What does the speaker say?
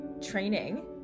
training